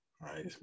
right